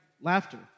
laughter